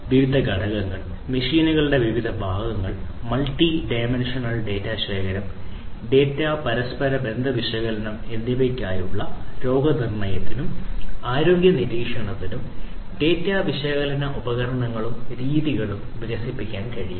വിവിധ ഘടകങ്ങൾ മെഷീനുകളുടെ വിവിധ ഭാഗങ്ങൾ മൾട്ടി ഡൈമൻഷണൽ ഡാറ്റ ശേഖരണം ഡാറ്റ പരസ്പര ബന്ധ വിശകലനം എന്നിവയ്ക്കായുള്ള രോഗനിർണയത്തിനും ആരോഗ്യ നിരീക്ഷണത്തിനും ഡാറ്റ വിശകലന ഉപകരണങ്ങളും രീതികളും വികസിപ്പിക്കാൻ കഴിയും